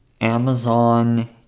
Amazon